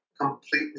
completely